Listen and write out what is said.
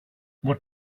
what